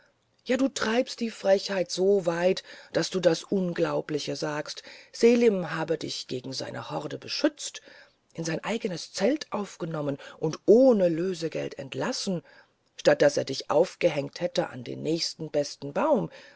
ja du treibest die frechheit so weit daß du das unglaubliche sagst selim habe dich gegen seine horde beschützt in sein eigenes zelt aufgenommen und ohne lösegeld entlassen statt daß er dich aufgehängt hätte an den nächsten besten baum